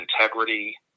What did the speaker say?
integrity